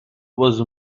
was